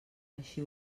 així